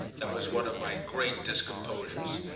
that was one of my great discomposures.